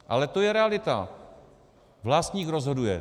Ale to je realita, vlastník rozhoduje.